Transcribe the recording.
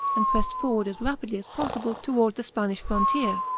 and pressed forward as rapidly as possible toward the spanish frontier.